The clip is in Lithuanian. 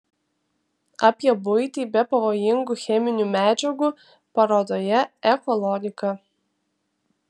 apie buitį be pavojingų cheminių medžiagų parodoje eko logika